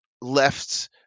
left